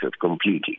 completely